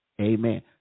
amen